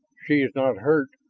she is not hurt?